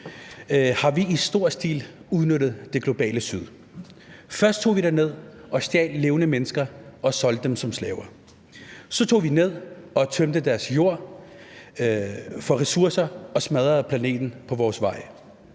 har vi i stor stil udnyttet det globale Syd. Først tog vi derned og stjal levende mennesker og solgte dem som slaver, så tog vi derned og tømte deres jord for ressourcer og smadrede planeten på vores vej,